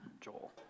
Joel